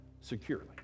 securely